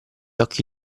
occhi